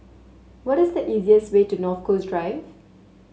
what is the easiest way to North Coast Drive